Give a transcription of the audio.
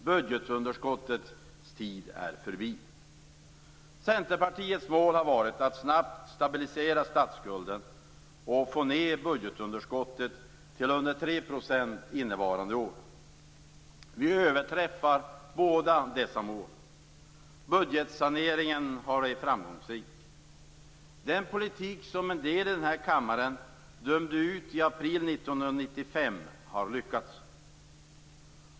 Budgetunderskottets tid är förbi. Centerpartiets mål har varit att snabbt stabilisera statsskulden och att få ner budgetunderskottet till under 3 % innevarande år. Vi överträffar båda dessa mål. Budgetsaneringen har varit framgångsrik. Den politik som en del i denna kammare dömde ut i april 1995 har lyckats.